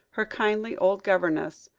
her kindly old governess,